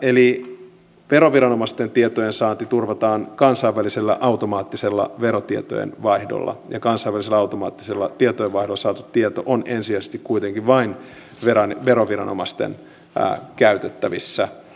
eli veroviranomaisten tietojen saanti turvataan kansainvälisellä automaattisella verotietojen vaihdolla ja kansainvälisellä automaattisella tietojen vaihdolla saatu tieto on ensisijaisesti kuitenkin vain veroviranomaisten käytettävissä